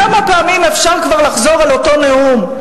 כמה פעמים אפשר כבר לחזור על אותו נאום?